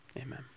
Amen